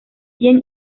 cien